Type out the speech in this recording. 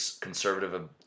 conservative